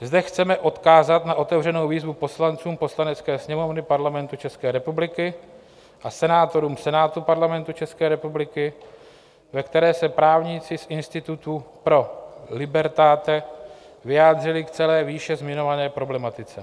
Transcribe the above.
Zde chceme odkázat na otevřenou výzvu poslancům Poslanecké sněmovny Parlamentu České republiky a senátorům Senátu Parlamentu České republiky, ve které se právníci z institutu Pro Libertate vyjádřili k celé výše zmiňované problematice.